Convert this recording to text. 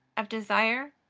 of desire,